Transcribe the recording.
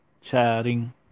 chatting